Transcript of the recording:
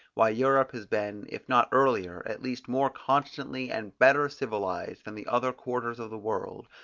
why europe has been, if not earlier, at least more constantly and better civilized than the other quarters of the world,